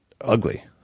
ugly